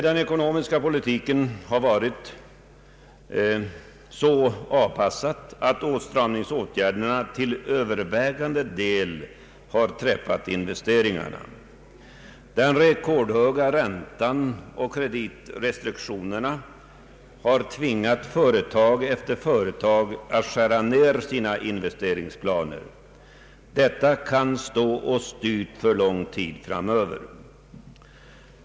Den ekonomiska politiken har varit så avpassad att åtstramningsåtgärderna till övervägande del träffat investeringarna. Den rekordhöga räntan och kreditrestriktionerna har tvingat företag efter företag att skära ned sina investeringsplaner. Detta kan stå oss dyrt för lång tid framöver.